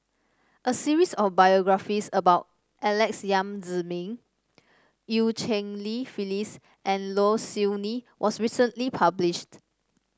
a series of biographies about Alex Yam Ziming Eu Cheng Li Phyllis and Low Siew Nghee was recently published